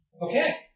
Okay